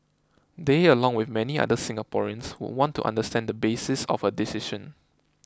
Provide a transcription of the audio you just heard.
they along with many other Singaporeans would want to understand the basis of her decision